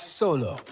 solo